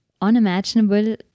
unimaginable